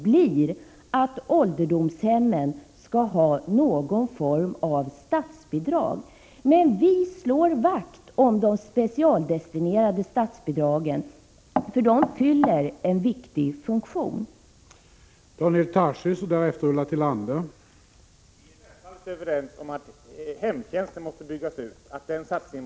Vi delar inte utskottets optimism att en idéskrift, utan några ställningstaganden från Kommunförbundets sida, kan förmå kommunerna att ändra inställning i taxefrågorna.